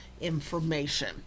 information